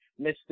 Mr